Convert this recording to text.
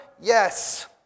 Yes